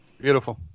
Beautiful